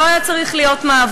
שלא היה צריך להיות מאבק,